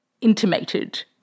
intimated